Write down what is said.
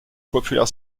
popular